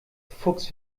fuchs